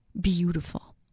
beautiful